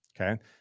Okay